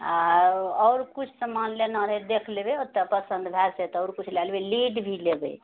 आ आओर किछु सामान लेना रहै देख लेबै ओतए पसन्द भए जेतै तऽ आओर किछु लए लेबै लीड भी लेबै